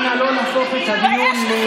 אנא, לא נהפוך את הדיון לאישי.